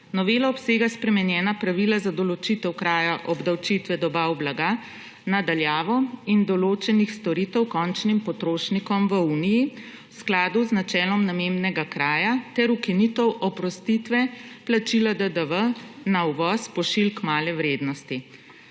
Novela obsega spremenjena pravila za določitev kraja obdavčitve dobav blaga na daljavo in določenih storitev končnim potrošnikom v Uniji v skladu z načelom namembnega kraja ter ukinitev oprostitve plačila DDV na uvoz pošiljk male vrednosti.